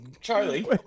Charlie